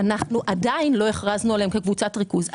עדיין לא הכרזנו עליהם כקבוצת ריכוז.